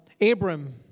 Abram